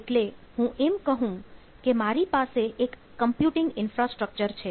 એટલે હું એમ કહું છું કે મારી પાસે એક કમ્પ્યુટિંગ ઈન્ફ્રાસ્ટ્રક્ચર છે